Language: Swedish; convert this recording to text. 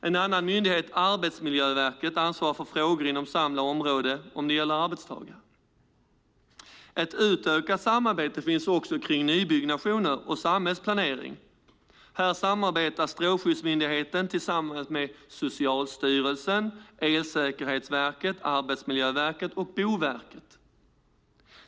En annan myndighet, Arbetsmiljöverket, ansvarar för frågor inom samma område om det gäller arbetstagare. Ett utökat samarbete finns också kring nybyggnationer och samhällsplanering. Här samarbetar Strålsäkerhetsmyndigheten med Socialstyrelsen, Elsäkerhetsverket, Arbetsmiljöverket och Boverket.